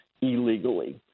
illegally